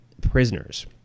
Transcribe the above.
prisoners